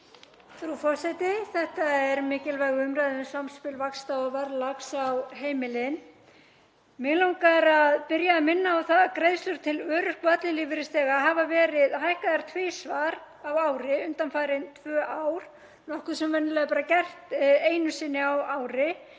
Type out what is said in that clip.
Frú forseti. Þetta er mikilvæg umræða um samspil vaxta og verðlags á heimilin. Mig langar að byrja á að minna á það að greiðslur til örorku- og ellilífeyrisþega hafa verið hækkaðar tvisvar á ári undanfarin tvö ár, nokkuð sem venjulega er gert einu sinni á ári,